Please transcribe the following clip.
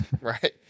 Right